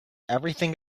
everything